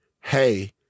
hey